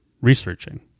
researching